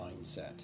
mindset